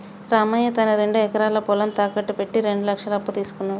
రామయ్య తన రెండు ఎకరాల పొలం తాకట్టు పెట్టి రెండు లక్షల అప్పు తీసుకున్నడు